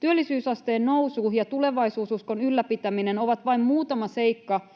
Työllisyysasteen nousu ja tulevaisuususkon ylläpitäminen ovat vain muutama seikka,